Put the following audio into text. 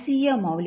ಯ ಮೌಲ್ಯ ಏನು